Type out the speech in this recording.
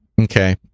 Okay